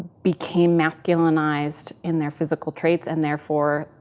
became masculinized in their physical traits and therefore,